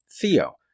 Theo